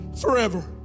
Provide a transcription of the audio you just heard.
forever